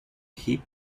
heap